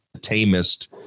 tamest